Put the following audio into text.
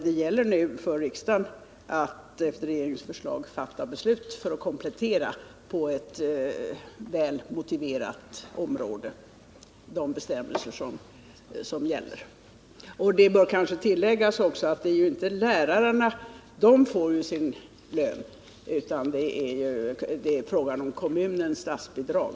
Det gäller nu för riksdagen att efter regeringsförslag fatta beslut för att komplettera de väl motiverade bestämmelser som gäller på detta område. Det bör kanske tilläggas att lärarna ju får sin lön; vad frågan gäller är kommunens statsbidrag.